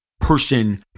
person